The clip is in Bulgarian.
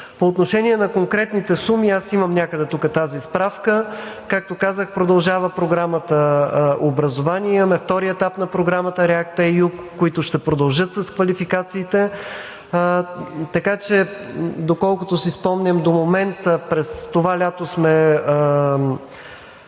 По отношение на конкретните суми аз имам някъде тук тази справка. Както казах, продължава Програмата „Образование“. Имаме втори етап на Програмата REACT-EU, които ще продължат с квалификациите. Така че, доколкото си спомням, до момента през това лято сме